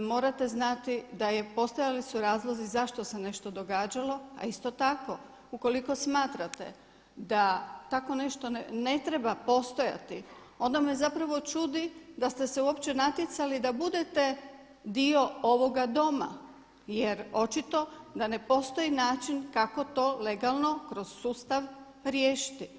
morate znati da postojali su razlozi zašto se nešto događalo, a isto tako ukoliko smatrate da tako nešto ne treba postojati onda me zapravo čudi da ste se uopće natjecali da budete dio ovoga Doma jer očito da ne postoji način kako to legalno kroz sustav riješiti.